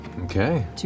Okay